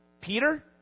Peter